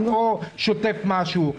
או שוטף משהו.